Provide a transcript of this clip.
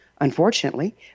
Unfortunately